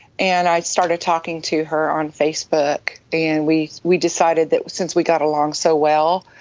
and i started talking to her on facebook. and we we decided that since we got along so well,